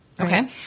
Okay